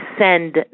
send